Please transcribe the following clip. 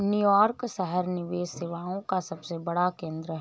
New York शहर निवेश सेवाओं का सबसे बड़ा केंद्र है